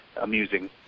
amusing